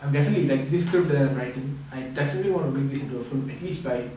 I'm definitely like this script that I'm writing I definitely want to make this into a film at least by